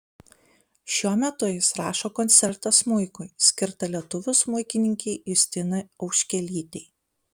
šiuo metu jis rašo koncertą smuikui skirtą lietuvių smuikininkei justinai auškelytei